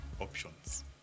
options